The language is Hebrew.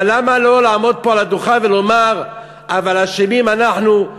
אבל למה לא לעמוד פה על הדוכן ולומר: אבל אשמים אנחנו,